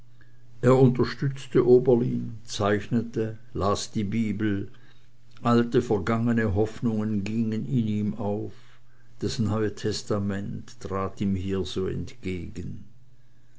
er unterstützte oberlin zeichnete las die bibel alte vergangne hoffnungen gingen in ihm auf das neue testament trat ihm hier so entgegen